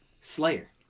Slayer